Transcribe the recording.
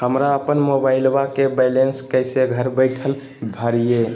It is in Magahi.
हमरा अपन मोबाइलबा के बैलेंस कैसे घर बैठल भरिए?